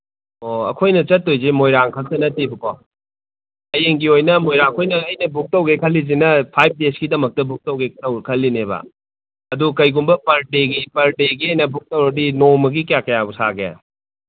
ꯑꯣ ꯑꯩꯈꯣꯏꯅ ꯆꯠꯇꯣꯏꯁꯦ ꯃꯣꯏꯔꯥꯡ ꯈꯛꯇ ꯅꯠꯇꯦꯕꯀꯣ ꯍꯌꯦꯡꯒꯤ ꯑꯣꯏꯅ ꯃꯣꯏꯔꯥꯡ ꯑꯩꯈꯣꯏꯅ ꯑꯩꯅ ꯕꯨꯛ ꯇꯧꯒꯦ ꯈꯜꯂꯤꯁꯤꯅ ꯐꯥꯏꯚ ꯗꯦꯁꯀꯤꯗꯃꯛꯇ ꯕꯨꯛ ꯇꯧꯒꯦ ꯈꯜꯂꯤꯝꯅꯦꯕ ꯑꯗꯨ ꯀꯩꯒꯨꯝꯕ ꯄꯔ ꯗꯦꯒꯤ ꯄꯔ ꯗꯦꯒꯤ ꯑꯣꯏꯅ ꯕꯨꯛ ꯇꯧꯔꯗꯤ ꯅꯣꯡꯃꯒꯤ ꯀꯌꯥ ꯀꯌꯥ ꯁꯥꯒꯦ